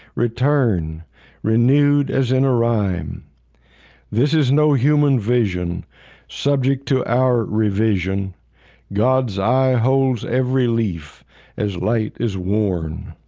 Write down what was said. return renewed, as in rhyme this is no human vision subject to our revision god's eye holds every leaf as light is worn